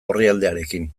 orrialdearekin